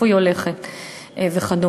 לאיפה היא הולכת וכדומה.